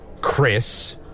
Chris